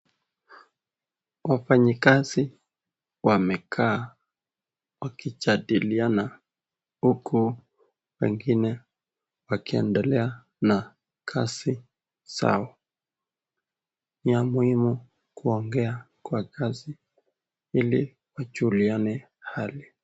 Wafanyikazi wamekaa wakijadiliana huku wengine wakiendelea na kazi zao ni ya muhimu kuongea kwa kazi hili kujuliane hali.